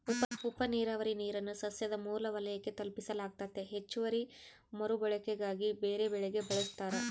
ಉಪನೀರಾವರಿ ನೀರನ್ನು ಸಸ್ಯದ ಮೂಲ ವಲಯಕ್ಕೆ ತಲುಪಿಸಲಾಗ್ತತೆ ಹೆಚ್ಚುವರಿ ಮರುಬಳಕೆಗಾಗಿ ಬೇರೆಬೆಳೆಗೆ ಬಳಸ್ತಾರ